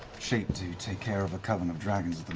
shape to take care of a coven of dragons